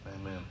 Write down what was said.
Amen